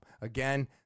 Again